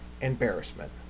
embarrassment